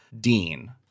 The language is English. Dean